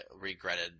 regretted